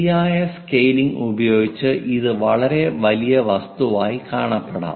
ശരിയായ സ്കെയിലിംഗ് ഉപയോഗിച്ച് ഇത് വളരെ വലിയ വസ്തുവായി കാണപ്പെടാം